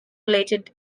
related